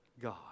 God